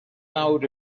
mawr